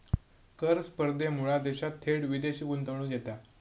कर स्पर्धेमुळा देशात थेट विदेशी गुंतवणूक येता